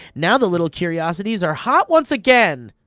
now the little curiosities are hot once again!